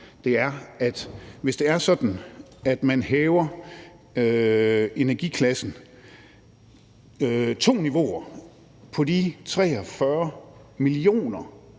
Det er, at hvis det er sådan, at man hæver energiklassen to niveauer på de 43 mio.